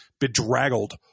bedraggled